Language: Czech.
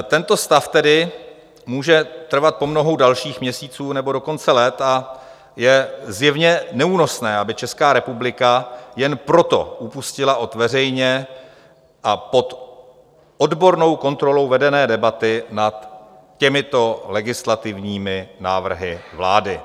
Tento stav tedy může trvat po mnoho dalších měsíců, nebo dokonce let, a je zjevně neúnosné, aby Česká republika jen proto upustila od veřejně a pod odbornou kontrolou vedené debaty nad těmito legislativními návrhy vlády.